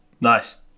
Nice